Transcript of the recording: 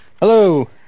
Hello